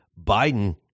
Biden